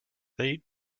they